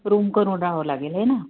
room करून राहावं लागेल हो ना